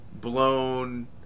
blown